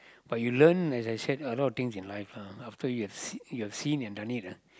but you learn as I said a lot of things in life lah after you have see you seen have done it ah